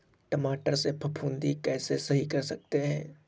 टमाटर से फफूंदी कैसे सही कर सकते हैं?